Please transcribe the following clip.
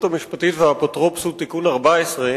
המשפטית והאפוטרופסות (תיקון מס' 14),